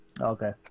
Okay